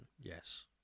Yes